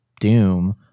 Doom